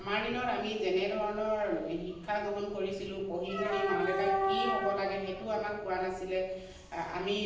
আমাৰ দিনত আমি যেনেধৰণৰ শিক্ষা গ্ৰহণ কৰিছিলোঁ পঢ়ি শুনি মা দেউতাক কি হ'ব লাগে সেইটোও আমাক কোৱা নাছিলে আমি